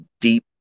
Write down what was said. deep